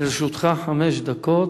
לרשותך חמש דקות.